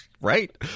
Right